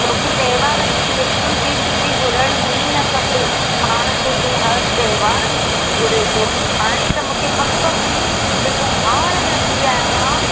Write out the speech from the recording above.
तोखे त्योहार में बिल्कुलु बि छुटी घुरणु ई न खपे हाणि तूं हर त्योहार में छुटी घुरीं थो हाणे त मूंखे पक हुई त तूं हाणि अञा थी आयो आहे